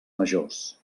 majors